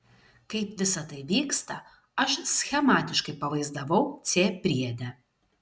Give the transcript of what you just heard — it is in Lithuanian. kaip visa tai vyksta aš schematiškai pavaizdavau c priede